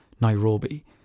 Nairobi